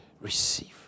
Receive